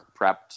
prepped